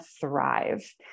thrive